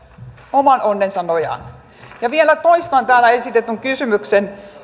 oman onnensa nojaan vielä toistan täällä esitetyn kysymyksen